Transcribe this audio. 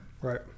Right